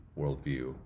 worldview